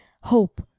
hope